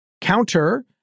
counter